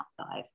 outside